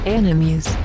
enemies